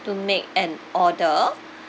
to make an order